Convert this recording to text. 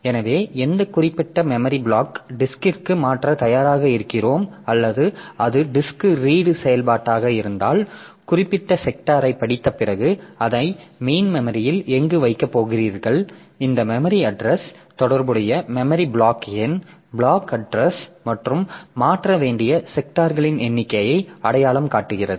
எனவே எந்த குறிப்பிட்ட மெமரி பிளாக் டிஸ்க்ற்கு மாற்ற தயாராக இருக்கிறோம் அல்லது அது டிஸ்க் ரீடு செயல்பாடாக இருந்தால் குறிப்பிட்ட செக்டாரை படித்த பிறகு அதை மெயின் மெமரியில் எங்கு வைக்கப் போகிறீர்கள் இந்த மெமரி அட்றஸ் தொடர்புடைய மெமரி பிளாக் எண் பிளாக் அட்றஸ் மற்றும் மாற்ற வேண்டிய செக்டார்களின் எண்ணிக்கையை அடையாளம் காட்டுகிறது